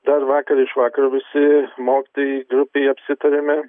dar vakar iš vakaro visi mokytojai grupėj apsitarėme